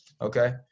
Okay